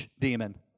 demon